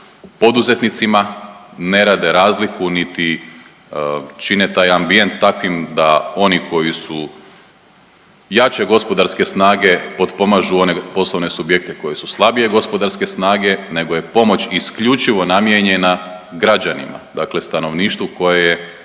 poduzetnicima, ne rade razliku niti čine taj ambijent takvim da oni koji su jače gospodarske snage potpomažu one poslovne subjekte koji su slabije gospodarske snage nego je pomoć isključivo namijenjena građanima, dakle stanovništvu koje je